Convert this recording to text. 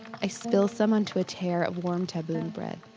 i spill some onto a tear of warm taboon bread.